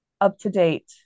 up-to-date